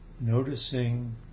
Noticing